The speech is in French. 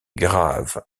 grave